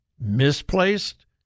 Misplaced